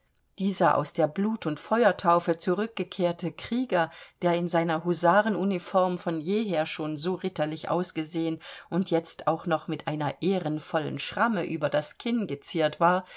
dieser aus der blut und feuertaufe zurückgekehrte krieger der in seiner husarenuniform von jeher schon so ritterlich ausgesehen und jetzt auch noch mit einer ehrenvollen schramme über das kinn geziert war